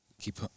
keep